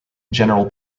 general